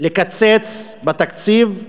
לקצץ בתקציב,